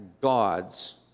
gods